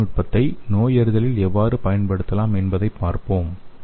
இந்த தொழில்நுட்பத்தை நோயறிதலில் எவ்வாறு பயன்படுத்தலாம் என்பதைப் பார்ப்போம்